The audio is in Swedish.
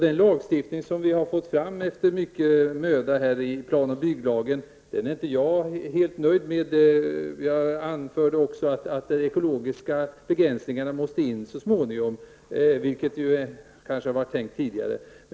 Den lagstiftningen som vi efter mycket möda har fått fram i plan och bygglagen är inte jag helt nöjd med. Jag anförde också att de ekologiska begränsningarna måste in så småningom, vilket kanske var tänkt tidigare.